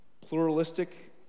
pluralistic